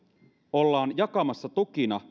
ollaan jakamassa tukina